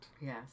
Yes